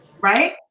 Right